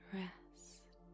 rest